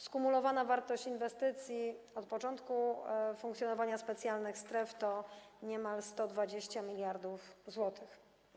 Skumulowana wartość inwestycji od początku funkcjonowania specjalnych stref to niemal 120 mld zł.